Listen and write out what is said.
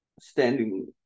standing